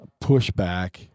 pushback